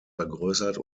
vergrößert